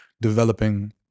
developing